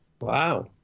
Wow